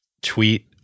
tweet